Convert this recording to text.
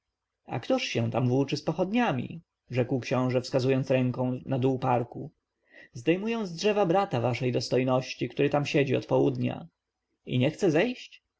a któż się tam włóczy z pochodniami rzekł książę wskazując ręką na dół parku zdejmują z drzewa brata waszej dostojności który tam siedzi od południa i nie chce zejść